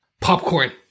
popcorn